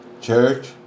church